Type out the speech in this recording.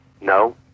No